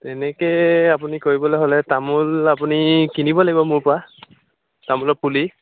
এনেকৈ আপুনি কৰিবলৈ হ'লে তামোল আপুনি কিনিব লাগিব মোৰ পৰা তামোলৰ পুলি